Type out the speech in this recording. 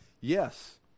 yes